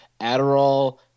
adderall